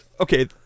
okay